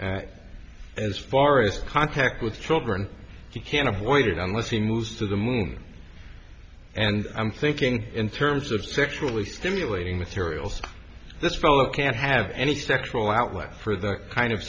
phoniest as far as contact with children you can't avoid it unless he moves to the moon and i'm thinking in terms of sexually stimulating materials this fellow can't have any sexual outlet for the kind of